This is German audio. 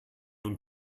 und